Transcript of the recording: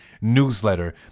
newsletter